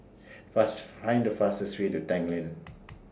fast Find The fastest Way to Tanglin